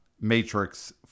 Matrix